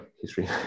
history